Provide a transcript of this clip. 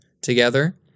together